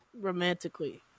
romantically